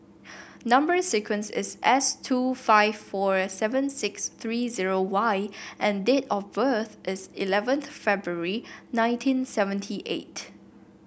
number sequence is S two five four seven six three zero Y and date of birth is eleventh February nineteen seventy eight